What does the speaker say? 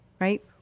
right